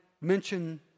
mention